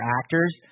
actors